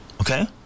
Okay